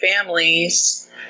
families